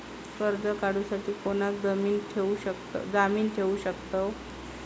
कर्ज काढूसाठी कोणाक जामीन ठेवू शकतव?